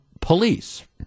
police